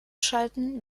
schalten